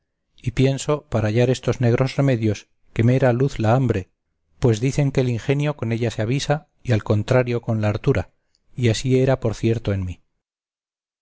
y pienso para hallar estos negros remedios que me era luz la hambre pues dicen que el ingenio con ella se avisa y al contrario con la hartura y así era por cierto en mí